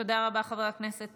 תודה רבה, חבר הכנסת